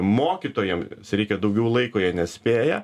mokytojam reikia daugiau laiko jie nespėja